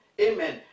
Amen